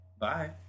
Bye